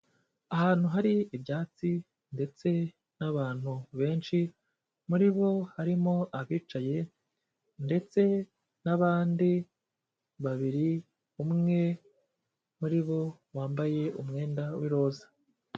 Ahantu hari ibyatsi ndetse n'abantu benshi, muri bo harimo abicaye ndetse n'abandi babiri, umwe muri bo wambaye umwenda w'iroza.